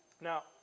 now